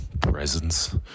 presence